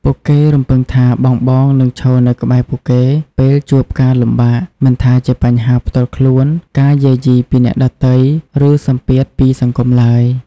ពួកគេរំពឹងថាបងៗនឹងឈរនៅក្បែរពួកគេ ពេលជួបការលំបាក មិនថាជាបញ្ហាផ្ទាល់ខ្លួន ការយាយីពីអ្នកដទៃ ឬសម្ពាធពីសង្គមឡើយ។